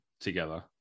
together